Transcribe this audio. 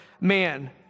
man